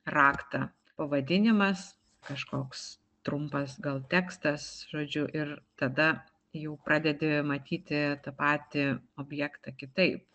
raktą pavadinimas kažkoks trumpas gal tekstas žodžiu ir tada jau pradedi matyti tą patį objektą kitaip